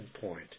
point